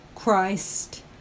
Christ